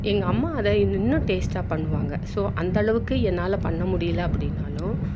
எங்கள் அம்மா அதை இன்னும் டேஸ்டாக பண்ணுவாங்க ஸோ அந்த அளவுக்கு என்னால் பண்ண முடியலை அப்படின்னாலும்